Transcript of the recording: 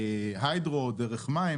היידרו דרך מים,